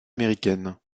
américaines